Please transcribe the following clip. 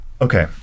okay